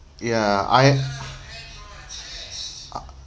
ya I uh